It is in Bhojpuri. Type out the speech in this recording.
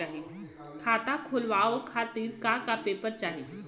खाता खोलवाव खातिर का का पेपर चाही?